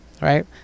right